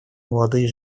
молодые